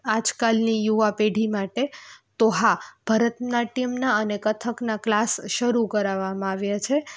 આજકાલની યુવા પેઢી માટે તો હા ભરતનાટ્યમના અને કથકના ક્લાસ શરૂ કરાવામાં આવ્યા છે